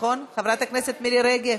חברת הכנסת רגב,